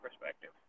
perspective